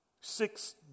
Six